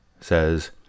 says